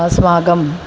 अस्माकम्